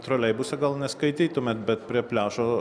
troleibuse gal neskaitytumėt bet prie pliažo